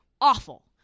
awful